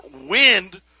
wind